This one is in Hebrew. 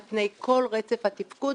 על פני כל רצף התפקוד,